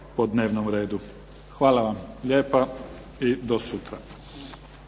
Hvala vam lijepa i do sutra.